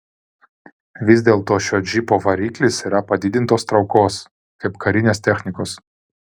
vis dėlto šio džipo variklis yra padidintos traukos kaip karinės technikos